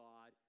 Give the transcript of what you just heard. God